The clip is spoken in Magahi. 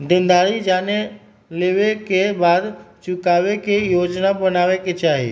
देनदारी जाने लेवे के बाद चुकावे के योजना बनावे के चाहि